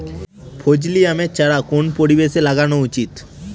ফজলি আমের চারা কোন পরিবেশে লাগানো উচিৎ?